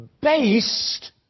based